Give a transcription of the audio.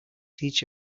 teach